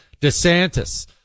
DeSantis